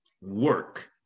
work